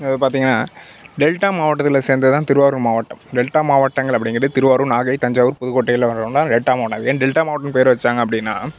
பார்த்திங்கனா டெல்டா மாவட்டத்தில் சேர்ந்ததுதான் திருவாரூர் மாவட்டம் டெல்டா மாவட்டங்கள் அப்படிங்கிறது திருவாரூர் நாகை தஞ்சாவூர் புதுக்கோட்டையில் வரவங்கள்லாம் டெல்டா மாவட்டம் ஏன் டெல்டா மாவட்டம்னு பேர் வச்சாங்க அப்படின்னா